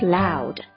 loud